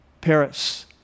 Paris